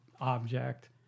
object